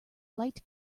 light